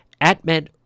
AtMed